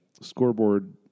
scoreboard